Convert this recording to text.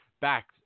back